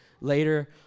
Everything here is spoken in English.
later